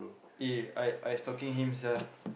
eh I I stalking him sia